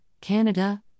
Canada